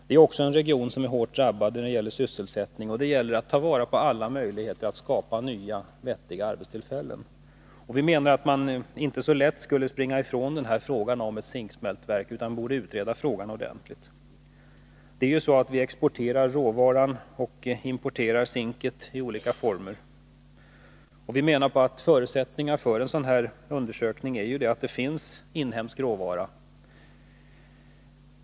Det är en region som är hårt drabbad i fråga om sysselsättningen, och det gäller att ta vara på alla möjligheter att skapa nya vettiga arbetstillfällen. Vi menar att man inte så lätt borde springa ifrån förslaget om ett zinksmältverk, utan att man borde utreda frågan ordentligt. Vi exporterar råvaran och importerar zinken i olika former. Förutsättningen för en sådan här undersökning är att det finns inhemsk råvara.